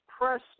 press